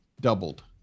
doubled